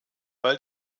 weil